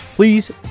Please